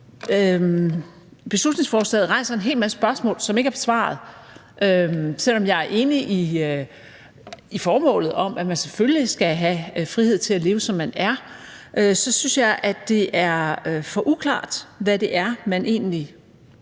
beslutningsforslaget rejser en hel masse spørgsmål, som ikke er besvaret. Selv om jeg er enig i formålet om, at man selvfølgelig skal have frihed til at leve, som man er, synes jeg, det er for uklart, hvad det er, man egentlig